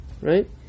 right